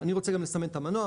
אני רוצה גם לסמן את המנוע,